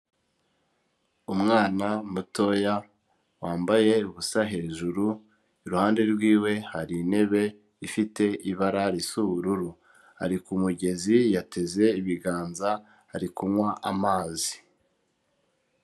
Umwana mutoya wambaye ubusa hejuru, iruhande rwiwe hari intebe ifite ibara ry'ubururu, ari ku mugezi yateze ibiganza ari kunywa amazi.